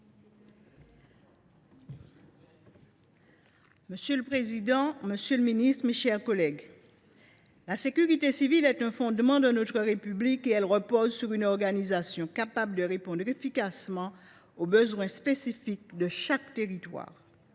Monsieur le président, monsieur le ministre, mes chers collègues, la sécurité civile, fondement de notre République, repose sur une organisation à même de répondre efficacement aux besoins spécifiques de nos territoires.